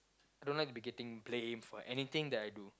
I don't like to be getting blame for anything that I do